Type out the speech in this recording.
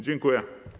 Dziękuję.